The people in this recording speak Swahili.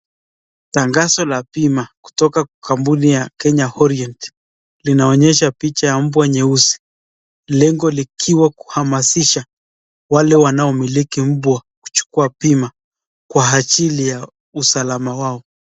Tangazo la bima kutoka kampuni ya Kenya Orient. Linaonyesha picha ya mbwa nyeusi lengo likiwa kuhamasisha wale wanaomiliki mbwa kuchukua bima kwa ajili ya usalama wao.